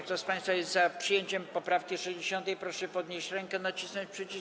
Kto z państwa jest za przyjęciem poprawki 60., proszę podnieść rękę i nacisnąć przycisk.